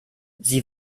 sie